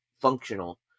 functional